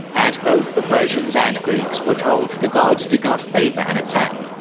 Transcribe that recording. and both the persians and greeks were told the gods did not favour an attack.